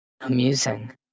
Amusing